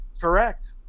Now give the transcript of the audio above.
correct